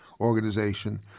organization